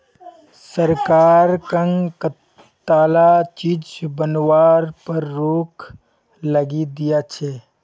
सरकार कं कताला चीज बनावार पर रोक लगइं दिया छे